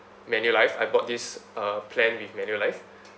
manulife I bought this uh plan with manulife